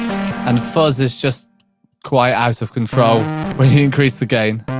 and fuzz is just quite out of control when you increase the gain.